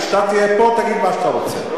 כשאתה תהיה פה תגיד מה שאתה רוצה.